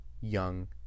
young